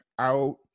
out